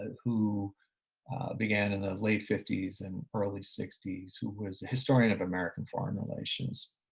who began in the late fifties and early sixties, who was a historian of american foreign relations.